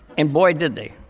and boy, did they.